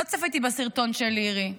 לא צפיתי בסרטון של לירי,